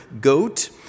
goat